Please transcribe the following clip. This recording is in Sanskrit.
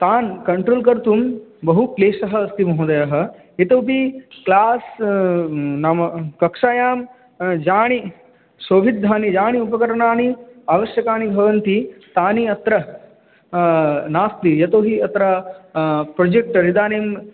तान् कन्ट्रोल् कर्तुं बहु क्लेशः अस्ति महोदयः इतोऽपि क्लास् नाम कक्षायां यानि सौविद्धानि यानि उपकरणानि आवश्यकानि भवन्ति तानि अत्र नास्ति यतो हि अत्र प्रोजेक्टर् इदानीं